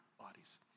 bodies